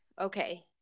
okay